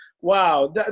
Wow